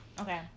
okay